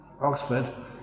Oxford